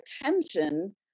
attention